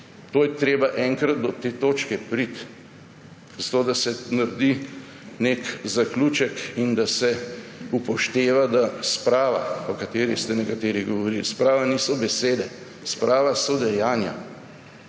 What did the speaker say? Treba je enkrat do te točke priti, zato da se naredi nek zaključek in da se upošteva, da sprava, o kateri ste nekateri govorili, sprava niso besede, sprava so dejanja.